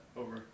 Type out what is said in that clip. over